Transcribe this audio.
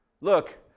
Look